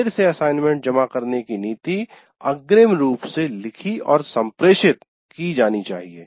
देर से असाइनमेंट जमा करने की नीति अग्रिम रूप से लिखी और संप्रेषित की जानी चाहिए